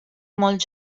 molt